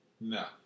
No